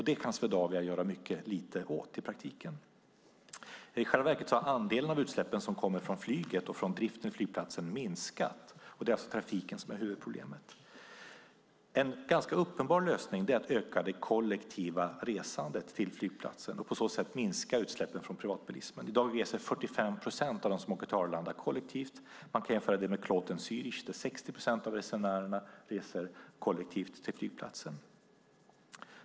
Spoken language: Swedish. Det kan Swedavia göra mycket lite åt i praktiken. I själva verket har andelen av utsläppen som kommer från flyget och från driften av flygplatsen minskat. Det är alltså trafiken som är huvudproblemet. En ganska uppenbar lösning är att öka det kollektiva resandet till flygplatsen och på så sätt minska utsläppen från privatbilismen. I dag reser 45 procent av dem som åker till Arlanda kollektivt. Man kan jämföra det med Kloten Zürich där 60 procent av resenärerna reser kollektivt till flygplatsen.